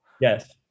Yes